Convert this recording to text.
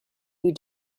you